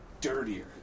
dirtier